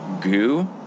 goo